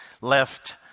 left